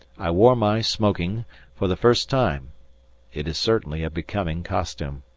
i wore my smoking for the first time it is certainly a becoming costume.